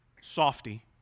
softy